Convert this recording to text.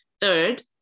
Third